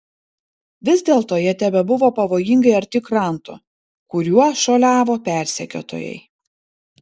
vis dėlto jie tebebuvo pavojingai arti kranto kuriuo šuoliavo persekiotojai